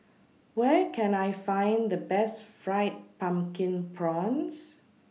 Where Can I Find The Best Fried Pumpkin Prawns